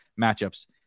matchups